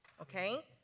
okay.